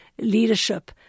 leadership